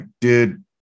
dude